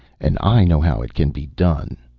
and i know how it can be done.